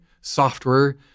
software